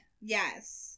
Yes